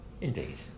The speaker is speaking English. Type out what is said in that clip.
Indeed